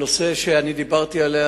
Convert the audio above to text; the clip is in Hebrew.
הנושא שדיברתי עליו,